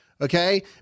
Okay